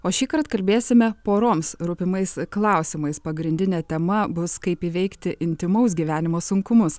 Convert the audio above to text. o šįkart kalbėsime poroms rūpimais klausimais pagrindinė tema bus kaip įveikti intymaus gyvenimo sunkumus